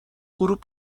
غروب